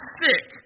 sick